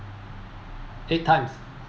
eight times